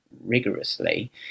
rigorously